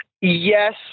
Yes